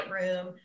room